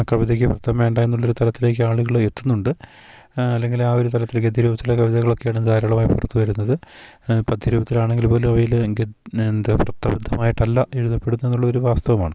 കവിതയ്ക്ക് വൃത്തം വേണ്ട എന്നുള്ളൊരു തലത്തിലേക്ക് ആളുകൾ എത്തുന്നുണ്ട് അല്ലെങ്കിൽ ആ ഒരു തലത്തിലേക്കെത്തിയ രൂപത്തിൽ ചില കവിതകളൊക്കെയാണ് ധാരാളമായി പുറത്തു വരുന്നത് പദ്യ രൂപത്തിലാണെങ്കിൽപ്പോലും അവയിൽ എന്താ വൃത്തബദ്ധമായിട്ടല്ല എഴുതപ്പെടുന്നത് എന്നുള്ളൊരു വാസ്തവമാണ്